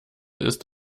ist